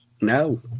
No